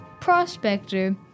prospector